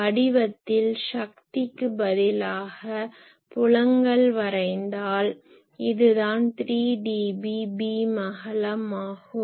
வடிவத்தில் சக்திக்குப் பதிலாக புலங்களை வரைந்தால் இதுதான் 3 dB பீம் அகலம் ஆகும்